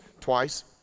Twice